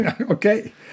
Okay